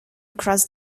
across